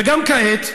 וגם כעת,